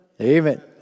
Amen